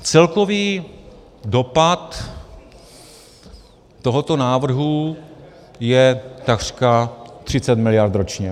Celkový dopad tohoto návrhu je takřka 30 mld. ročně.